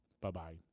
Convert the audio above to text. bye-bye